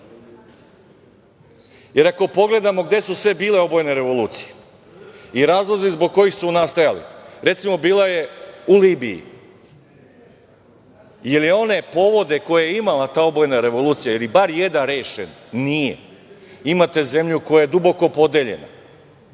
Jer, ako pogledamo gde su sve bile obojene revolucije i razlozi zbog kojih su nastajale, recimo, bila je u Libiji, ili one povode koje je imala ta obojena revolucija, da li je bar jedan rešen? Nije. Imate zemlju koja je duboko podeljena,